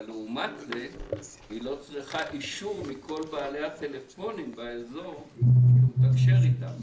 אבל לעומת זה היא לא צריכה אישור מכל בעלי הטלפונים באזור לתקשר איתם.